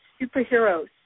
Superheroes